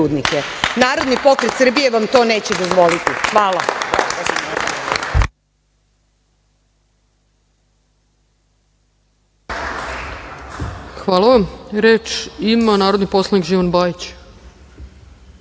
Narodni pokret Srbije vam to neće dozvoliti. Hvala. **Ana Brnabić** Hvala vam. Reč ima narodni poslanik Živan Bajić.